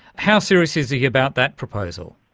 how serious is he he about that proposal?